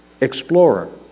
explorer